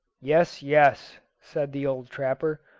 yes, yes, said the old trapper,